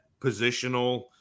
positional